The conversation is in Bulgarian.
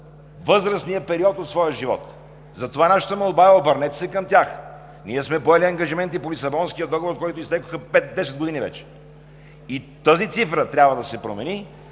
възрастния период от своя живот. Затова нашата молба е: обърнете се към тях. Ние сме поели ангажименти по Лисабонския договор, от който изтекоха пет-десет години вече и тази цифра трябва да се промени.